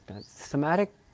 Somatic